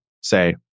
say